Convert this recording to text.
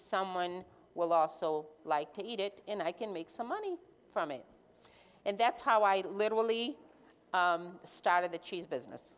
someone will last soul like to eat it and i can make some money from it and that's how i literally the start of the cheese business